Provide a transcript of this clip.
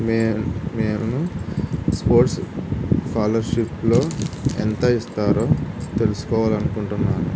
మే నేను స్పోర్ట్స్ స్కాలర్షిప్లో ఎంత ఇస్తారో తెలుసుకోవాలి అనుకుంటున్నాను